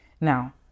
Now